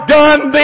done